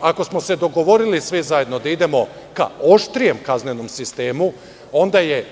Ako smo se dogovorili svi zajedno da idemo ka oštrijem kaznenom sistemu, onda je